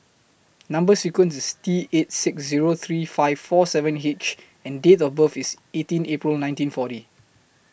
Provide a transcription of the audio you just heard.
Number sequence IS T eight six Zero three five four seven H and Date of birth IS eighteen April nineteen forty